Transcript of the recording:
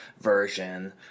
version